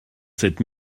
cette